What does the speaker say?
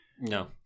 No